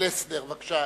פלסנר אינו.